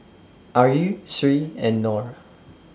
Ayu Sri and Nor